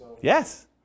Yes